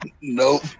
nope